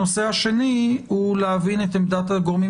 הנושא השני הוא להבין את עמדת הגורמים